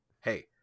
Hey